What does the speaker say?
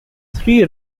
three